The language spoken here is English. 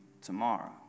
tomorrow